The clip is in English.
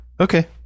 Okay